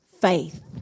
faith